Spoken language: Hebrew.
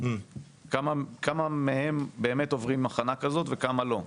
כמה מהם באמת עוברים הכנה כזאת וכמה לא?